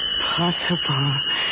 possible